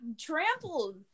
trampled